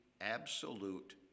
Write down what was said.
absolute